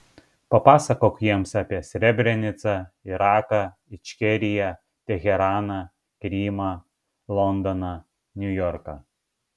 papasakok jiems apie srebrenicą iraką ičkeriją teheraną krymą londoną niujorką